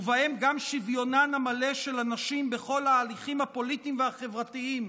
ובהם גם שוויונן המלא של הנשים בכל ההליכים הפוליטיים והחברתיים,